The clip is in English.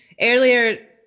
Earlier